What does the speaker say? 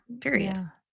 period